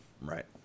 Right